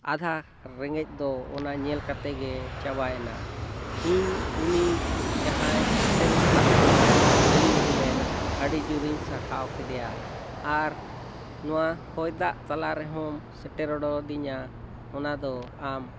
ᱟᱫ ᱷᱟ ᱨᱮᱸᱜᱮᱡ ᱫᱚ ᱚᱱᱟ ᱧᱮᱞ ᱠᱟᱛᱮ ᱜᱮ ᱪᱟᱵᱟᱭᱮᱱᱟ ᱤᱧ ᱩᱱᱤ ᱡᱟᱦᱟᱸᱭ ᱥᱮᱴᱮᱨ ᱛᱟᱦᱮᱸ ᱠᱟᱱᱟᱭ ᱰᱮᱞᱤᱵᱷᱟᱨᱤ ᱢᱮᱱ ᱟᱹᱰᱤ ᱡᱳᱨᱤᱧ ᱥᱟᱨᱦᱟᱣ ᱠᱮᱫᱮᱭᱟ ᱟᱨ ᱱᱚᱣᱟ ᱦᱚᱭ ᱫᱟᱜ ᱛᱟᱞᱟ ᱨᱮᱦᱚᱸᱢ ᱥᱮᱴᱮᱨ ᱦᱚᱴᱚᱣᱟᱫᱤᱧᱟ ᱚᱱᱟ ᱫᱚ ᱟᱢ